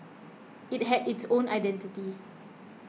it had its own identity